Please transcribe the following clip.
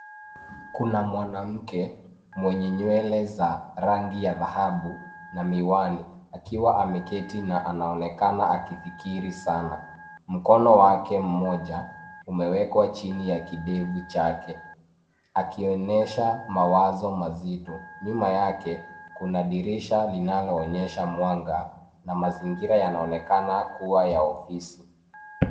Kuna mwanamke mwenye nywele za rangi ya dhahabu na miwani akiwa ameketi na anaonekana akifikiri sana. Mkono wake mmoja umewekwa chini ya kidevu chake akionyesha mawazo mazito. Nyuma yake kuna dirisha linaloonyesha mwanga na mazingira yanaonekana kuwa ya ofisi.